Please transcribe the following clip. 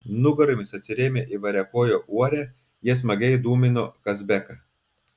nugaromis atsirėmę į variakojo uorę jie smagiai dūmino kazbeką